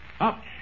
up